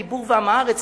אני בור ועם הארץ,